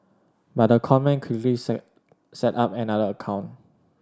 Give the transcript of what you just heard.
but the con man quickly set up another account